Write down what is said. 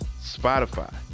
Spotify